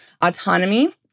autonomy